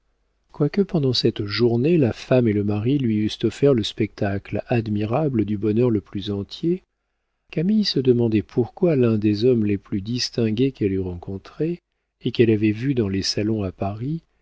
quoique pendant cette journée la femme et le mari lui eussent offert le spectacle admirable du bonheur le plus entier camille se demandait pourquoi l'un des hommes les plus distingués qu'elle eût rencontrés et qu'elle avait vu dans les salons à paris